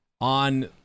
on